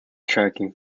tracking